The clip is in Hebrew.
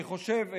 אני חושב,